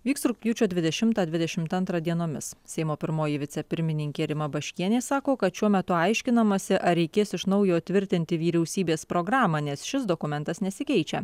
vyks rugpjūčio dvidešimtą dvidešimt antrą dienomis seimo pirmoji vicepirmininkė rima baškienė sako kad šiuo metu aiškinamasi ar reikės iš naujo tvirtinti vyriausybės programą nes šis dokumentas nesikeičia